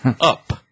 up